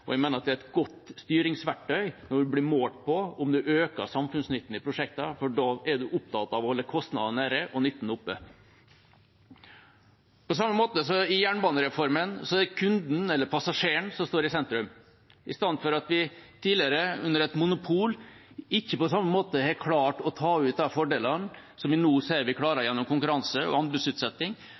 og jeg mener at det er et godt styringsverktøy når prosjektene blir målt på om de øker samfunnsnytten, for da blir man opptatt av å holde kostnadene nede og nytten oppe. På samme måte: I jernbanereformen er det kunden, eller passasjeren, som står i sentrum, i stedet for som tidligere, under et monopol, da vi ikke på samme måte klarte å ta ut de fordelene som vi nå ser vi klarer, gjennom konkurranse og anbudsutsetting.